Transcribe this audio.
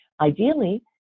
Ideally